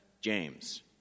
James